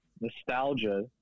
nostalgia